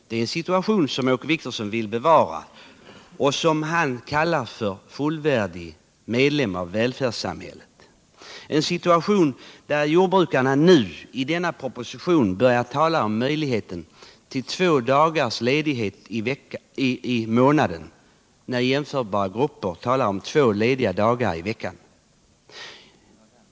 Det är en situation som Åke Wictorsson vill bevara och som han menar innebär att jordbrukaren är en fullvärdig medlem av välfärdssamhället, en situation där man nu i denna proposition börjar tala om möjligheten till två dagars ledighet i månaden för jordbrukaren, samtidigt som jämförbara grupper talar om två lediga dagar i veckan.